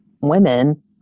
women